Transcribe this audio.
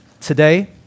today